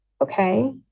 Okay